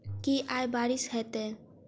की आय बारिश हेतै?